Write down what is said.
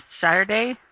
Saturday